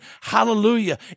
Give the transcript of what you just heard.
Hallelujah